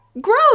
Gross